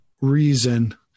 reason